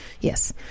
Yes